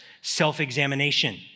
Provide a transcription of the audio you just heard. self-examination